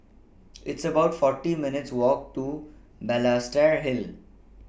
It's about forty minutes' Walk to Balestier Hill